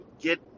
get